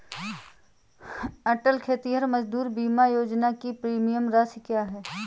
अटल खेतिहर मजदूर बीमा योजना की प्रीमियम राशि क्या है?